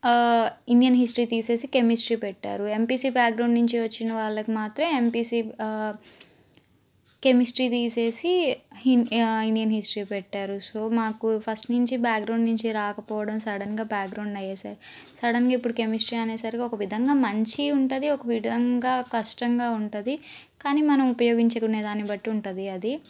Indian history తీసేసి chemistry పెట్టారు MPC background నుంచి వచ్చిన వాళ్ళకి మాత్రమే ఎంపీసీ కెమిస్ట్రీ తీసేసి హిన్ ఇండియన్ హిస్టరీ పెట్టారు సో మాకు ఫస్ట్ నుంచి బ్యాక్గ్రౌండ్ నుంచి రాకపోవడం సడన్గా బ్యాక్గ్రౌండ్ అయ్యేసరి సడన్గా ఇప్పుడు కెమిస్ట్రీ అనేసరికి ఒక విధంగా మంచి ఉంటుంది ఒక విధంగా కష్టంగా ఉంటుంది కానీ మనం ఉపయోగించుకునే దాన్ని బట్టి ఉంటుంది అది